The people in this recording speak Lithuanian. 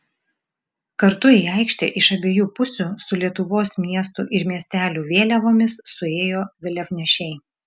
kartu į aikštę iš abiejų pusių su lietuvos miestų ir miestelių vėliavomis suėjo vėliavnešiai